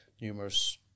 numerous